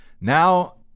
now